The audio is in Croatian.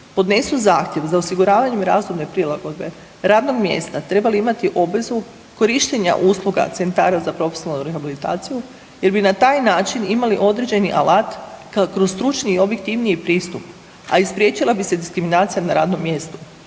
podnesu zahtjev za osiguravanjem razumne prilagodbe radnog mjesta trebali imati obvezu korištenja usluga centara za profesionalnu rehabilitaciju jer bi na taj način imali određeni alat kroz stručni i objektivniji pristup, a i spriječila bi se diskriminacija na radnom mjestu